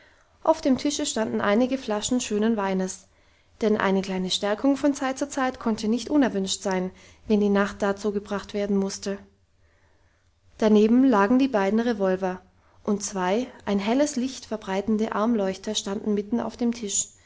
auf dem tische standen einige flaschen schönen weines denn eine kleine stärkung von zeit zu zeit konnte nicht unerwünscht sein wenn die nacht da zugebracht werden musste daneben lagen die beiden revolver und zwei ein helles licht verbreitende armleuchter standen mitten auf dem tisch